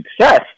success